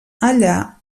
allà